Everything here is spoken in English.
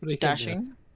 dashing